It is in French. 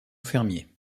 fermier